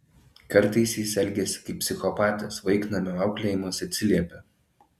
kartais jis elgiasi kaip psichopatas vaiknamio auklėjimas atsiliepia